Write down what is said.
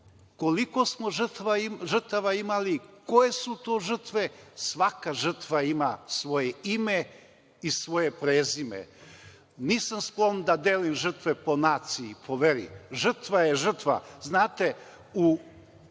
koliko smo žrtava imali, koje su to žrtve, svaka žrtva ima svoje ime i svoje prezime. Nisam sklon da delim žrtve po naciji, po veri, žrtva je žrtva. Znate, u